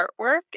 artwork